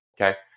Okay